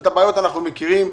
את הבעיות אנחנו מכירים.